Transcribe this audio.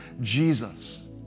Jesus